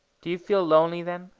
do you feel lonely, then?